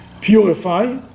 Purify